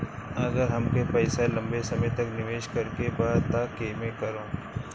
अगर हमके पईसा लंबे समय तक निवेश करेके बा त केमें करों?